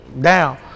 down